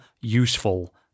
useful